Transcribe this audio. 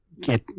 get